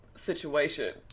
Situation